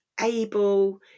able